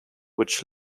which